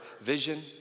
vision